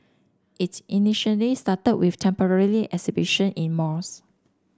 it's initially started with temporary exhibition in malls